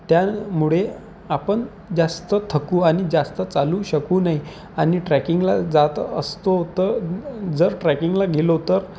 त्यामुळे आपण जास्त थकू आणि जास्त चालू शकू नाही आणि ट्रॅकिंगला जात असतो तर जर ट्रॅकिंगला गेलो तर